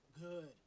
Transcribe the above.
Good